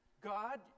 God